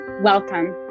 welcome